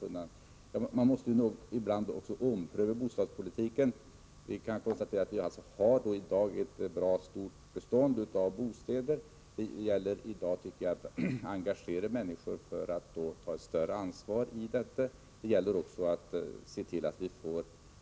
Men man måste ju ibland ompröva bostadspolitiken. Vi kan konstatera att vi i dag har ett stort bestånd av bostäder. Det gäller att i dag engagera människor för att ta ett större ansvar. Det gäller också att se till att